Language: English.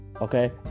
Okay